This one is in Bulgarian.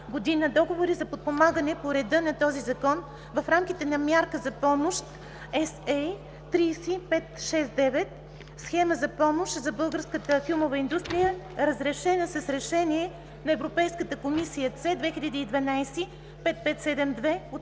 г. договори за подпомагане по реда на този закон, в рамките на мярка за помощ SA.30569 – Схема за помощ за българската филмова индустрия, разрешена с Решение на Европейската комисия С(2012)5572 от